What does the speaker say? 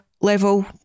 level